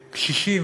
שקשישים,